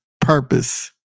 purpose